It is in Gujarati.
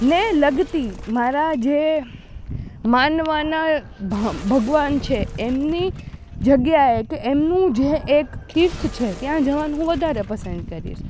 ને લગતી મારા જે માનવાના ભગવાન છે એમની જગ્યાએ કે એમનું જે એક તીર્થ છે ત્યાં જવાનું હું વધારે પસંદ કરીશ